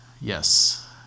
Yes